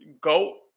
go